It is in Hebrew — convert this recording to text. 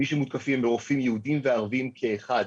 מי שמותקפים הם רופאים יהודים וערבים כאחד,